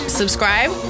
subscribe